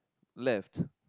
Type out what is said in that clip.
left